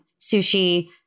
sushi